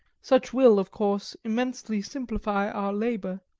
such will, of course, immensely simplify our labour,